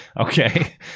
Okay